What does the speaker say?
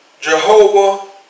Jehovah